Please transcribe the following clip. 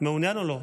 מעוניין או לא?